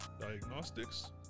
diagnostics